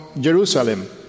Jerusalem